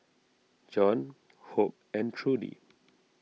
John Hope and Trudi